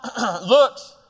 looks